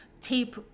tape